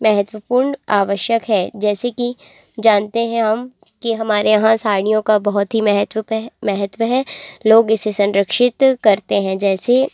महत्वपूर्ण आवश्यक है जैसे कि जानते हैं हम कि हमारे यहाँ साड़ियों का बहुत ही महत्व पे है महत्व है लोग इसे संरक्षित करते हैं जैसे